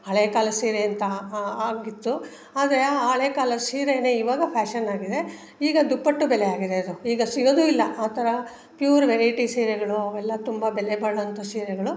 ಹಳೆ ಕಾಲದ ಸೀರೆ ಅಂತ ಆಗಿತ್ತು ಆದರೆ ಆ ಹಳೆ ಕಾಲದ ಸೀರೆಯೇ ಇವಾಗ ಫ್ಯಾಷನ್ ಆಗಿದೆ ಈಗ ದುಪ್ಪಟ್ಟು ಬೆಲೆ ಆಗಿದೆ ಅದು ಈಗ ಸಿಗೋದು ಇಲ್ಲ ಆ ಥರ ಪ್ಯೂರ್ ವೆರೈಟಿ ಸೀರೆಗಳು ಅವೆಲ್ಲ ತುಂಬ ಬೆಲೆ ಬಾಳುವಂಥ ಸೀರೆಗಳು